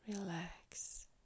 relax